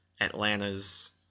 Atlanta's